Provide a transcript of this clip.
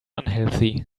unhealthy